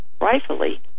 rightfully